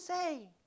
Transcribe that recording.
say